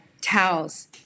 towels